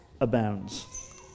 abounds